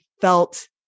felt